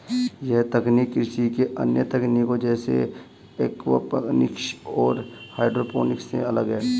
यह तकनीक कृषि की अन्य तकनीकों जैसे एक्वापॉनिक्स और हाइड्रोपोनिक्स से अलग है